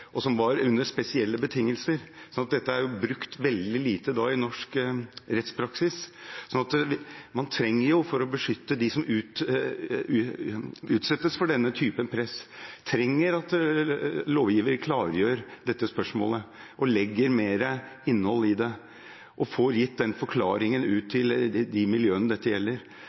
veldig lite i norsk rettspraksis. For å beskytte dem som utsettes for denne typen press, trenger man at lovgiver klargjør dette spørsmålet og legger mer innhold i det, og får gitt den forklaringen ut til de miljøene dette gjelder.